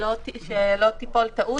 שלא תיפול טעות.